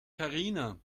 karina